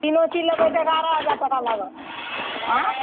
तीनो चीज लेबय तऽ एगारह हजार टाका लागत आँइ